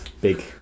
Big